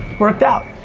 worked out.